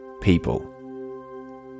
People